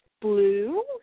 blue